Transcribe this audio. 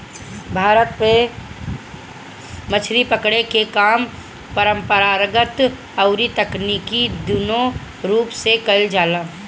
भारत में मछरी पकड़े के काम परंपरागत अउरी तकनीकी दूनो रूप से कईल जाला